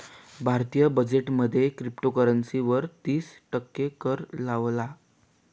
भारतीय बजेट मध्ये क्रिप्टोकरंसी वर तिस टक्के कर लावला